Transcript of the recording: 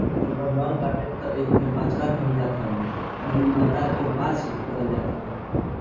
अगर नर बाटे तअ एके बछड़ा कहल जात हवे अउरी मादा के बाछी कहल जाता हवे